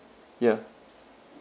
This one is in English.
ya